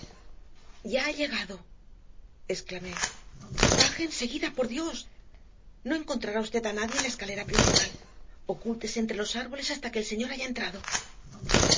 ya ha llegado exclamé baje enseguida por dios no encontrará usted a nadie en la escalera principal ocúltese entre los árboles hasta que el señor haya entrado